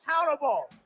accountable